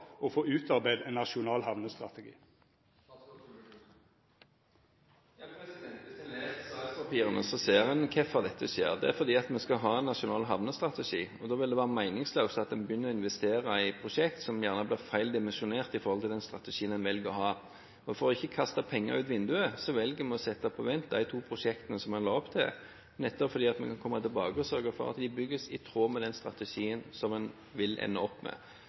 å få utarbeidd ein nasjonal hamnestrategi? Hvis en leser sakspapirene, ser en hvorfor dette skjer. Det er fordi vi skal ha en nasjonal havnestrategi, og da ville det være meningsløst om en begynte å investere i et prosjekt som ville bli feil dimensjonert i forhold til den strategien en velger å ha. For ikke å kaste penger ut av vinduet, velger vi å sette på vent de to prosjektene som en la opp til, nettopp fordi vi kan komme tilbake og sørge for at de bygges i tråd med den strategien som en vil ende opp med.